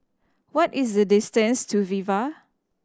what is the distance to Viva